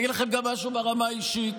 אני אגיד לכם גם משהו ברמה האישית.